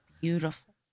beautiful